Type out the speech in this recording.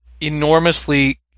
enormously